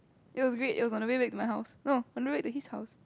it was great it was on the way back to my house no on the way to his house